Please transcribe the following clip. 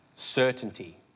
Certainty